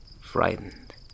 frightened